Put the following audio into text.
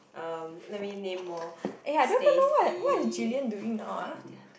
uh let me name more Stacy